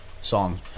song